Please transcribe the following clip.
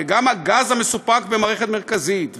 וגם הגז המסופק במערכת מרכזית,